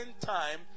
time